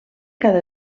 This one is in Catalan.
cada